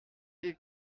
est